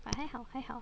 but 还好还好